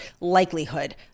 likelihood